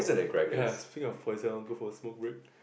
ya speaking of poison I want go for smoke break